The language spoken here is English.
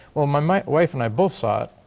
well, my my wife and i both saw it.